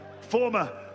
former